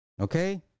okay